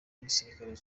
n’igisirikare